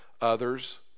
others